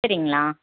சரிங்களா